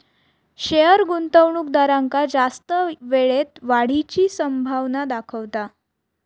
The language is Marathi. शेयर गुंतवणूकदारांका जास्त वेळेत वाढीची संभावना दाखवता